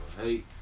Hey